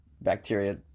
bacteria